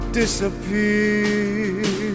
disappear